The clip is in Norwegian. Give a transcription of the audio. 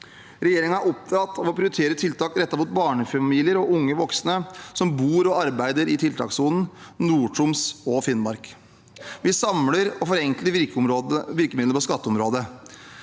Regjeringen er opptatt av å prioritere tiltak rettet mot barnefamilier og unge voksne som bor og arbeider i tiltakssonen i Nord-Troms og Finnmark. Vi samler og forenkler virkemidlene på skatteområdet.